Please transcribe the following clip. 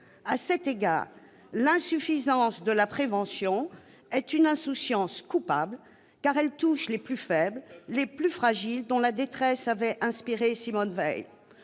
À cet égard, l'insuffisance de la prévention relève d'une insouciance coupable, car elle touche les plus faibles, les plus fragiles dont la détresse avait inspiré Simone Veil.